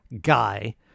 guy